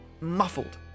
muffled